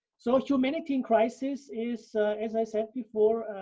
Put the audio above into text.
so, humanity in crisis is as i said before,